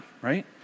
right